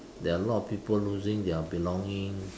there are a lot of people losing their belongings